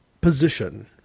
position